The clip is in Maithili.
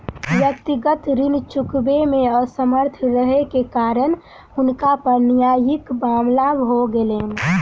व्यक्तिगत ऋण चुकबै मे असमर्थ रहै के कारण हुनका पर न्यायिक मामला भ गेलैन